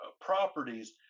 properties